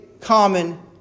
common